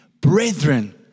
brethren